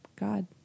God